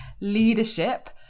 leadership